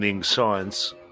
science